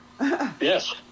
Yes